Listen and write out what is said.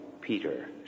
Peter